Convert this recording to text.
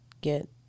get